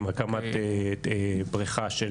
עם הקמת בריכה של,